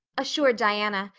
assured diana,